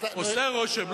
עושה רושם,